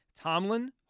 Tomlin